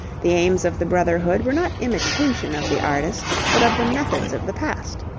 the aims of the brotherhood were not imitation of the artists but of the methods of the past.